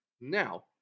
Now